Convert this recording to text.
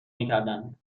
میکردند